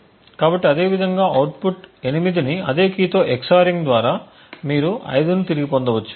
కాబట్టి అదేవిధంగా అవుట్పుట్ 8 ని అదే కీతో EX ORING ద్వారా మీరు 5 ను తిరిగి పొందవచ్చు